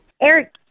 Eric